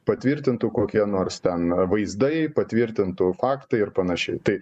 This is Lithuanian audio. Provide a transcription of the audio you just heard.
patvirtintų kokie nors ten vaizdai patvirtintų faktą ir panašiai tai